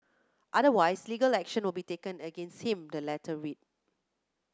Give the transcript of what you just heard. otherwise legal action will be taken against him the letter read